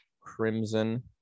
crimson